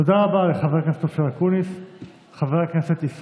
תודה רבה לחבר הכנסת אופיר אקוניס.